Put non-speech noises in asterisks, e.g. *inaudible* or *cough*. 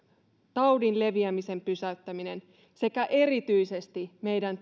taudin leviämisen pysäyttäminen sekä erityisesti meidän *unintelligible*